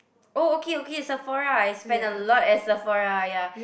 oh okay okay Sephora I spend a lot at Sephora ya